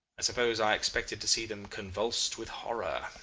i suppose i expected to see them convulsed with horror.